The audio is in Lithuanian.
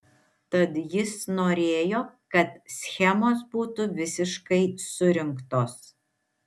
tad jis norėjo kad schemos būtų visiškai surinktos